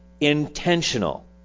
intentional